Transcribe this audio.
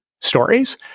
stories